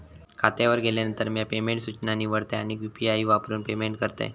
खात्यावर गेल्यानंतर, म्या पेमेंट सूचना निवडतय आणि यू.पी.आई वापरून पेमेंट करतय